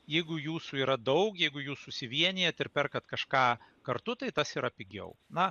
jeigu jūsų yra daug jeigu jūs susivienijat ir perkat kažką kartu tai tas yra pigiau na